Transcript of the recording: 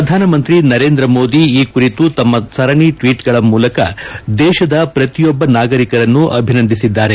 ಪ್ರಧಾನಮಂತ್ರಿ ನರೇಂದ್ರ ಮೋದಿ ಈ ಕುರಿತು ತಮ್ನ ಸರಣಿ ಟ್ನೀಟ್ಗಳ ಮೂಲಕ ದೇಶದ ಪ್ರತಿಯೊಬ್ಲ ನಾಗರಿಕರನ್ನೂ ಅಭಿನಂದಿಸಿದ್ದಾರೆ